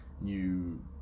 new